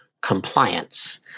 compliance